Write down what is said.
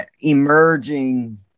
emerging